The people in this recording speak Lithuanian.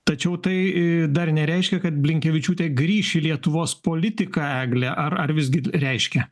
tačiau tai dar nereiškia kad blinkevičiūtė grįš į lietuvos politiką egle ar ar visgi reiškia